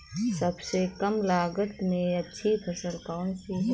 सबसे कम लागत में अच्छी फसल कौन सी है?